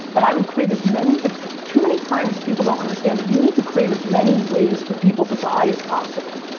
but i would create as many. too many times people don't understand that you need to create as many ways for people to buy as possible,